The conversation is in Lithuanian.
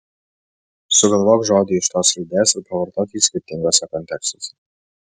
sugalvok žodį iš tos raidės ir pavartok jį skirtinguose kontekstuose